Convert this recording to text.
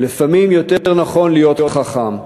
לפעמים יותר נכון להיות חכם.